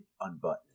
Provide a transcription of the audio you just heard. unbutton